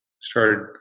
started